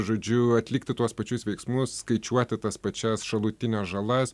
žodžiu atlikti tuos pačius veiksmus skaičiuoti tas pačias šalutines žalas